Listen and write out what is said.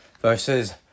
versus